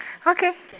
okay